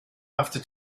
after